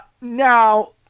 Now